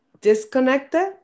disconnected